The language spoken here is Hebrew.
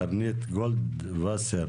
קרנית גולדווסר,